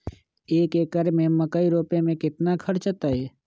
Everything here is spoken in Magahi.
एक एकर में मकई रोपे में कितना खर्च अतै?